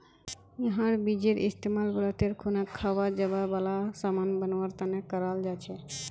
यहार बीजेर इस्तेमाल व्रतेर खुना खवा जावा वाला सामान बनवा तने कराल जा छे